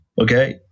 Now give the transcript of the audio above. Okay